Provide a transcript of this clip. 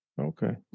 Okay